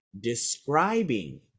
describing